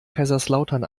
kaiserslautern